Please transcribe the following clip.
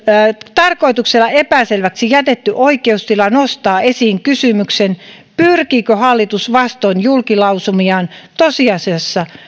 tarkoituksella epäselväksi jätetty oikeustila nostaa esiin kysymyksen pyrkiikö hallitus vastoin julkilausumiaan tosiasiassa